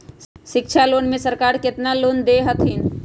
शिक्षा लोन में सरकार केतना लोन दे हथिन?